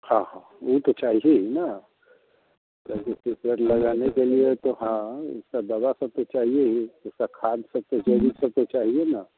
हाँ हाँ वह तो चाहिए ही ना जैसे कि पेड़ लगाने के लिए तो हाँ सब दवा तो फिर चाहिए ही उसका खाद सब कुछ हो जाए सब कुछ चाहिए ना